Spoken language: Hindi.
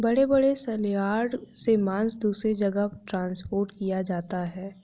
बड़े बड़े सलयार्ड से मांस दूसरे जगह ट्रांसपोर्ट किया जाता है